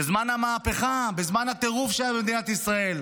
בזמן המהפכה, בזמן הטירוף שהיה במדינת ישראל.